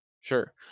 Sure